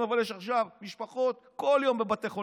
אבל יש עכשיו משפחות שכל יום בבתי חולים.